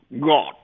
god